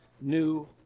new